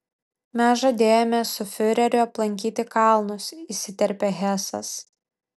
mes žadėjome su fiureriu aplankyti kalnus įsiterpė hesas